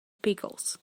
pickles